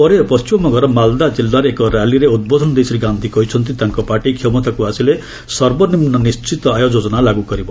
ପରେ ପଣ୍ଢିମବଙ୍ଗର ମାଲ୍ଦା କିଲ୍ଲାରେ ଏକ ର୍ୟାଲିରେ ଉଦ୍ବୋଧନ ଦେଇ ଶ୍ରୀ ଗାନ୍ଧି କହିଛନ୍ତି ତାଙ୍କ ପାର୍ଟି କ୍ଷମତାକୁ ଆସିଲେ ସର୍ବନିମ୍ମ ନିଣ୍ଢିତ ଆୟ ଯୋକନା ଲାଗୁ କରିବ